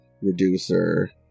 reducer